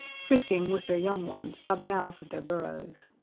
frisking with their young ones by the mouths of their burrows.